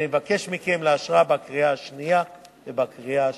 ואני מבקש מכם לאשרה בקריאה שנייה ובקריאה שלישית.